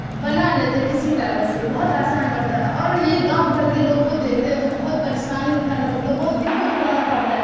بنا لیتے کسی طرح سے بہت آسان پڑتا اور یہ گاؤں گھر کے لوگ کو دیکھتے ہیں تو بہت پریشانی اٹھانا پڑتا بہت دقت اٹھانا پڑتا ہے